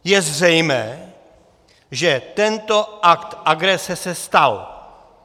Je zřejmé, že tento akt agrese se stal.